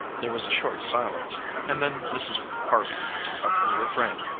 there was a short silence and then mrs. harvey took up her refrain